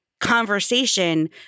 conversation